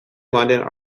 london